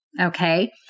Okay